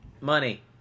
Money